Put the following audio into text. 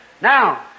Now